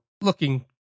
looking